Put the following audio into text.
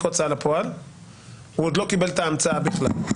בהוצאה לפעול והוא עוד לא קיבל את ההמצאה בכלל?